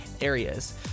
areas